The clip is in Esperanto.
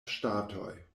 ŝtatoj